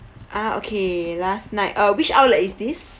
ah okay last night uh which outlet is this